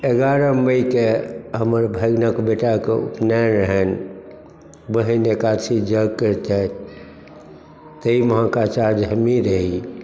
एगारह मइकेँ हमर भागिनक बेटाके उपनयन रहनि बहिन एकादशी यज्ञ करितथि ताहि महक आचार्य हमहीँ रही